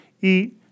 eat